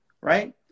Right